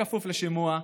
בכפוף לשימוע,